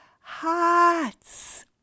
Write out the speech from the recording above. hearts